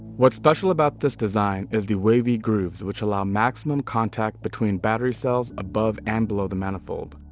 what's special about this design is the wavy groves, which allow maximum contact between battery cells above and below the manifold,